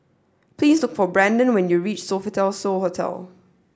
please look for Branden when you reach Sofitel So Hotel